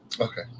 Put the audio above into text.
Okay